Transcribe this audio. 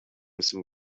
some